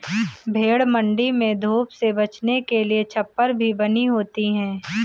भेंड़ मण्डी में धूप से बचने के लिए छप्पर भी बनी होती है